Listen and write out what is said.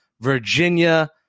Virginia